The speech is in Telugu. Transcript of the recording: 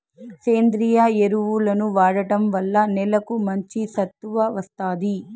సేంద్రీయ ఎరువులను వాడటం వల్ల నేలకు మంచి సత్తువ వస్తాది